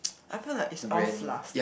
I feel like it's all fluff